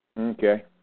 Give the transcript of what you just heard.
Okay